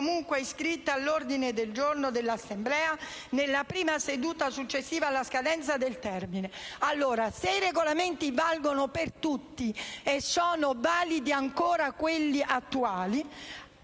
comunque iscritta all'ordine del giorno dell'Assemblea nella prima seduta successiva alla scadenza del termine medesimo (...)». Se i Regolamenti valgono per tutti e sono ancora validi quelli attuali,